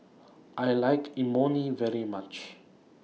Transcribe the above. I like Imoni very much